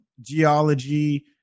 geology